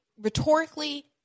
rhetorically